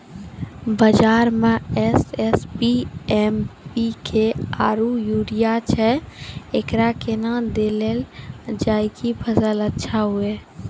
बाजार मे SSP, MPK आरु यूरिया छैय, एकरा कैना देलल जाय कि फसल अच्छा हुये?